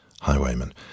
Highwaymen